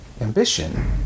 ambition